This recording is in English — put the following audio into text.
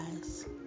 guys